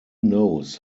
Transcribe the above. knows